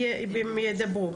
הם ידברו.